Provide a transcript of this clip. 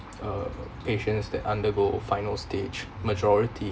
uh asians that undergo final stage majority